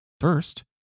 First